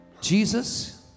Jesus